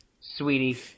sweetie